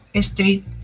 street